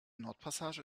nordpassage